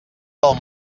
del